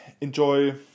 enjoy